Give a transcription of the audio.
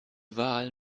wahl